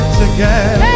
again